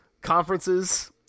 conferences